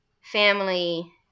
family